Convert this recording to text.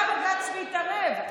בא בג"ץ והתערב.